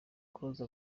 close